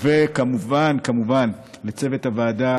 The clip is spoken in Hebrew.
וכמובן לצוות הוועדה